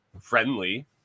friendly